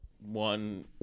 one